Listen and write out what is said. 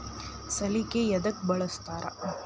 ಸಲಿಕೆ ಯದಕ್ ಬಳಸ್ತಾರ?